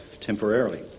temporarily